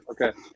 Okay